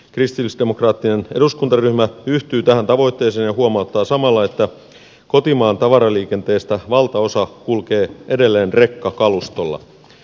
kristillisdemokraattinen eduskuntaryhmä yhtyy tähän tavoitteeseen ja huomauttaa samalla että kotimaan tavaraliikenteestä valtaosa kulkee edelleen rekkakalustolla